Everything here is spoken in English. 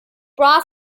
brought